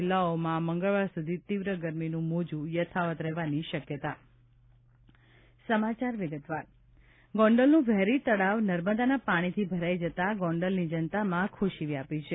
જિલ્લાઓમાં આ મંગળવાર સુધી તીવ્ર ગરમીનું મોજું યથાવત રહેવાની શક્યતા ગોંડલનું વેરી તળાવ નર્મદાના પાણીથી ભરાઈ જતા ગોંડલની જનતામાં ખુશી વ્યાપી છે